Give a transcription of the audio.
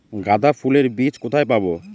গাঁদা ফুলের বীজ কোথায় পাবো?